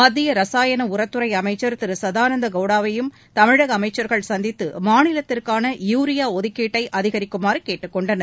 மத்திய ரசாயன உரத்துறை அமைச்சர் திரு சதானந்த கவுடாவையும் தமிழக அமைச்சர்கள் சந்தித்து மாநிலத்திற்கான யூரியா ஒதுக்கீட்டை அதிகரிக்குமாறு கேட்டுக் கொண்டனர்